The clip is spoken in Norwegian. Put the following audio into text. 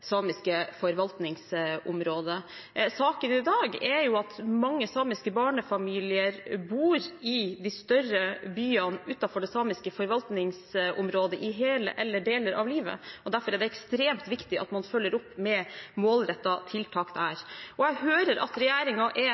samiske forvaltningsområdet i hele eller deler av livet, og derfor er det ekstremt viktig at man følger opp med målrettede tiltak der. Jeg hører at regjeringen er